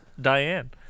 Diane